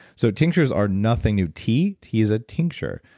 so tinctures are nothing new. tea tea is a tincture.